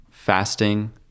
fasting